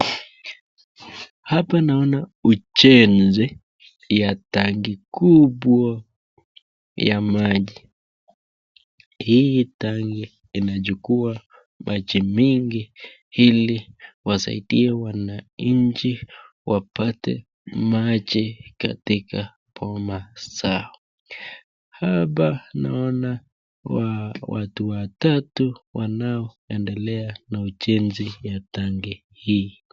Hapa naona ujenzi ya tanki kubwa ya maji. Hii tanki inachukua maji mingi ili wasaidie wananchi wapate maji katika boma zao. Hapa naona watu watatu wanaoendelea na ujenzi ya tanki hii.